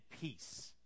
peace